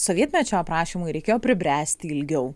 sovietmečio aprašymui reikėjo pribręsti ilgiau